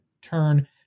turn